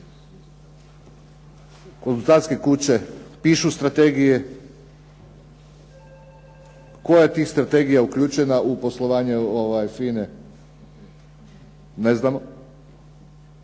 Konzultantske kuće pišu strategije. Koja je od tih strategija uključena u poslovanje FINA-e? Ne znamo.